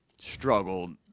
struggled